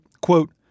quote